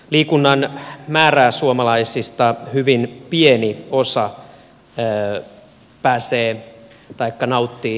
liikunnan määrää suomalaisista hyvin pieni osa nauttii riittämiin